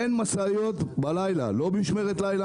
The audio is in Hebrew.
אין משאיות בלילה, לא במשמרת לילה.